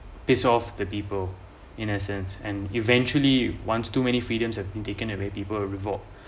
piss off the people in essence and eventually once too many freedom has been taken away people are revolt